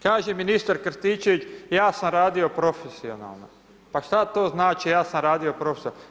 Kaže ministar Krstičevića, ja sam radio profesionalno, pa šta to znači ja sam radio profesionalno?